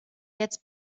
jetzt